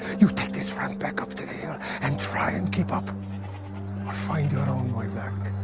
you take this runt back up to the hill and try and keep up or find your own way back.